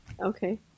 Okay